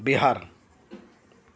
Bihar